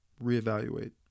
reevaluate